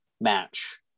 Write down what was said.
match